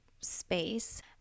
space